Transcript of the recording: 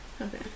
Okay